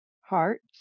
hearts